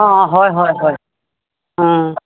অঁ হয় হয় হয়